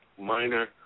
minor